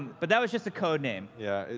but that was just a code name. yeah,